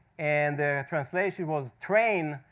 and their translation was, train,